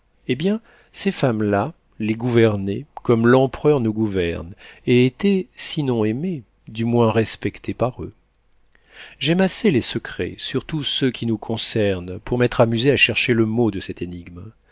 eh bien ces femmes-là les gouvernaient comme l'empereur nous gouverne et étaient sinon aimées du moins respectées par eux j'aime assez les secrets surtout ceux qui nous concernent pour m'être amusée à chercher le mot de cette énigme